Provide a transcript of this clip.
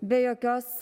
be jokios